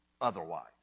otherwise